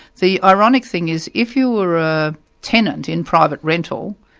the ironic thing is if you were a tenant in private rental,